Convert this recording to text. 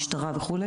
משטרה וכו',